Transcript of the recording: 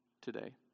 today